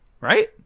Right